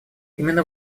именно